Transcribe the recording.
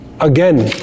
again